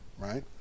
right